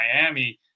Miami